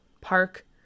Park